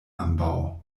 ambaŭ